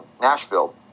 Nashville